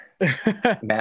Matt